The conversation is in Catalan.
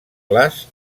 clars